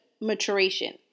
maturation